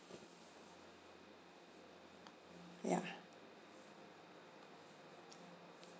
ya